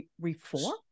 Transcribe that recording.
Reform